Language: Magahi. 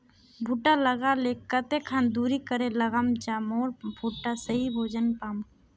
भुट्टा लगा ले कते खान दूरी करे लगाम ज मोर भुट्टा सही भोजन पाम?